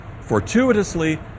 Fortuitously